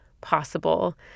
possible